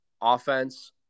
offense